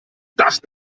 das